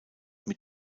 mit